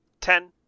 ten